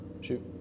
Shoot